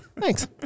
thanks